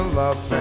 love